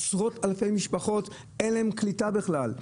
עשרות אלפי משפחות אין להן קליטה בכלל.